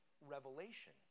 revelation